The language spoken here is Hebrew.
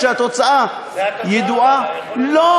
כשהתוצאה ידועה זו התוצאה.